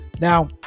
Now